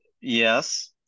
yes